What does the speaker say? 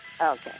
Okay